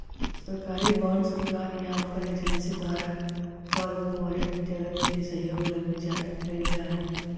सरकारी बॉन्ड सरकार या ओकर एजेंसी द्वारा कॉरपोरेट जगत के सहयोग लगी जारी कैल जा हई